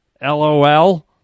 LOL